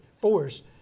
force